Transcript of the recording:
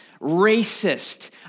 racist